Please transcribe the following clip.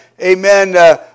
Amen